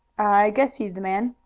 i guess he's the man.